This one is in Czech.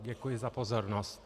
Děkuji za pozornost.